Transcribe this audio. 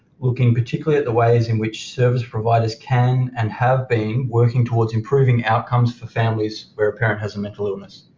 looking particularly at the ways in which service providers can and have been working towards improving outcomes for families where a parent has a mental illness.